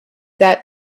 that